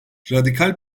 radikal